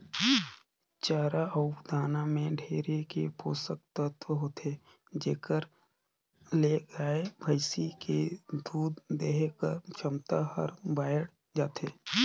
चारा अउ दाना में ढेरे के पोसक तत्व होथे जेखर ले गाय, भइसी के दूद देहे कर छमता हर बायड़ जाथे